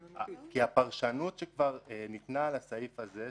הפרשנות שכבר ניתנה לסעיף הזה,